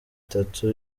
itatu